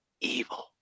Evil